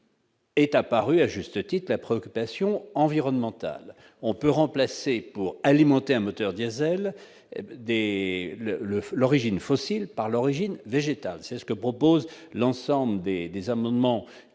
Est apparu à juste titre la préoccupation environnementale : on peut remplacer pour alimenter un moteur diésel dès le le l'origine fossile par l'origine végétale, c'est ce que propose l'ensemble des des amendements qui